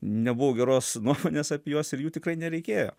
nebuvau geros nuomonės apie juos ir jų tikrai nereikėjo